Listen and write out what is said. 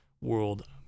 world